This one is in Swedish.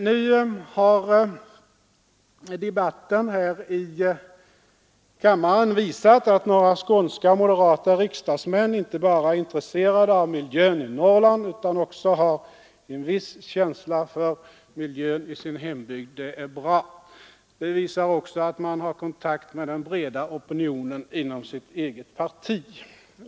Nu har debatten här i kammaren visat att några skånska moderata riksdagsmän inte bara är intresserade av miljön i Norrland utan också har en viss känsla för miljön i sin hembygd. Det är bra. Det visar också att man har kontakt med den breda opinionen inom sitt eget parti.